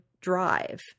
drive